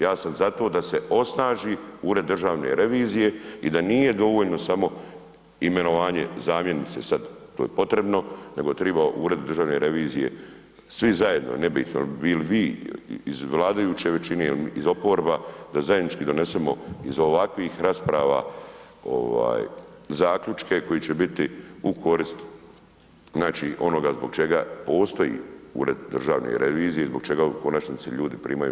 Ja sam zato da se osnaži Ured državne revizije i da nije dovoljno samo imenovanje zamjenice sad to je potrebno, nego treba Ured državne revizije, svi zajedno, nebitno je li bili vi iz vladajuće većine ili iz oporba, da zajednički donesemo iz ovakvih rasprava zaključke koji će biti u korist onoga zbog čega postoji Ured državne revizije, zbog čega u konačnici primaju plaću.